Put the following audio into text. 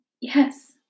Yes